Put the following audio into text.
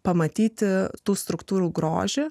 pamatyti tų struktūrų grožį